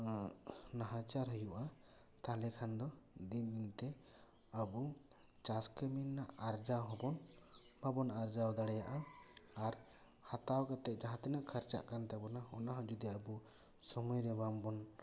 ᱱᱟᱦᱟᱪᱟᱨ ᱦᱩᱭᱩᱜᱼᱟ ᱛᱟᱦᱚᱞᱮ ᱠᱷᱟᱱ ᱫᱚ ᱫᱤᱱ ᱫᱤᱱᱛᱮ ᱟᱵᱚ ᱪᱟᱥ ᱠᱟᱹᱢᱤ ᱨᱮᱱᱟᱜ ᱟᱨᱡᱟᱣ ᱦᱚᱸᱵᱚᱱ ᱵᱟᱵᱚᱱ ᱟᱨᱡᱟᱣ ᱫᱟᱲᱮᱭᱟᱜᱼᱟ ᱟᱨ ᱦᱟᱛᱟᱣ ᱠᱟᱛᱮᱫ ᱡᱟᱦᱟᱸ ᱛᱤᱱᱟᱜ ᱠᱷᱟᱨᱪᱟᱜ ᱠᱟᱱ ᱛᱟᱵᱚᱱᱟ ᱚᱱᱟ ᱦᱚᱸ ᱡᱩᱫᱤ ᱟᱵᱚ ᱥᱳᱢᱳᱨᱮ ᱵᱟᱝ ᱵᱚᱱ